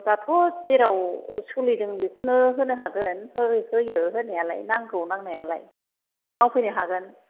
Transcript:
दाथ' जेराव सोलिदों बेखौनो होनो हागोन हो होयो होनायालाय नांगौ नांनायालाय मावफैनो हागोन